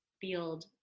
field